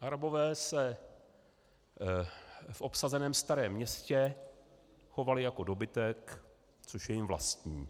Arabové se v obsazeném Starém Městě chovali jako dobytek, což je jim vlastní.